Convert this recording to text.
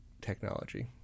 technology